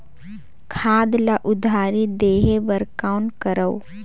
खाद ल उधारी लेहे बर कौन करव?